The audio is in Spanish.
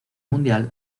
mundial